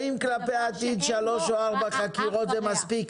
האם כלפי העתיד שלוש או ארבע חקירות זה מספיק,